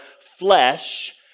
flesh